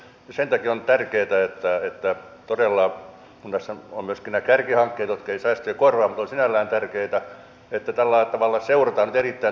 sen takia on tärkeätä että todella kun tässä ovat myöskin nämä kärkihankkeet jotka eivät säästöjä korvaa mutta ovat sinällään tärkeitä tällä tavalla seurataan säästöjä nyt erittäin tarkasti